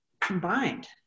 combined